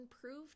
prove